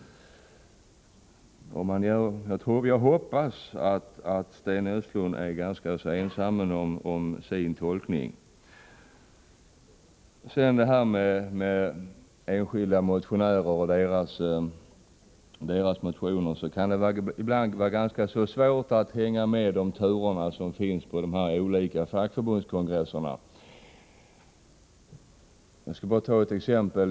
Jag hoppas att Sten Östlund är ganska så ensam om sin tolkning. Sedan detta med enskilda motionärers motioner. Ibland kan det vara ganska svårt att hänga med i turerna på de olika fackförbundskongresserna. Jag skall bara ta ett exempel.